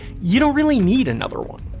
you don't really need another one.